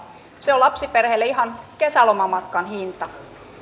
se on lapsiperheelle ihan kesälomamatkan hinta